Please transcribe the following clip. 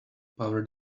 power